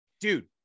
Dude